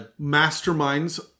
Masterminds